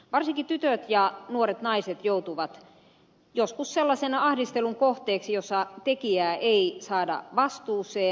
varsinkin tytöt ja nuoret naiset joutuvat joskus sellaisen ahdistelun kohteeksi jossa tekijää ei saada vastuuseen